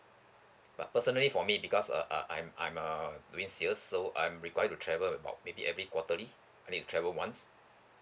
but personally for me because uh uh I'm I'm err doing sales so I'm required to travel about maybe every quarterly I need to travel once